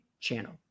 channel